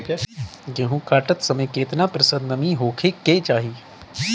गेहूँ काटत समय केतना प्रतिशत नमी होखे के चाहीं?